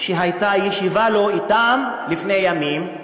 כשהייתה לו ישיבה אתם לפני ימים,